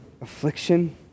affliction